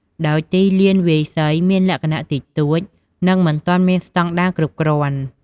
ដោយ ទីលានវាយសី មានលក្ខណៈ តិចតួច និងមិនទាន់មានស្តង់ដារគ្រប់គ្រាន់។